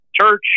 church